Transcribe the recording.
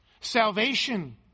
salvation